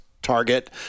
Target